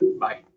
Bye